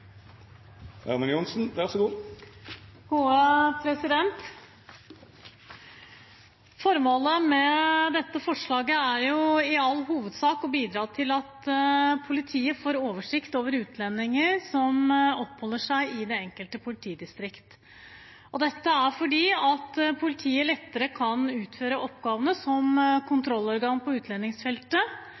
Formålet med dette forslaget er i all hovedsak å bidra til at politiet får oversikt over utlendinger som oppholder seg i det enkelte politidistrikt. Det er fordi politiet lettere skal kunne utføre oppgavene som kontrollorgan på utlendingsfeltet,